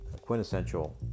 quintessential